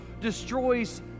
destroys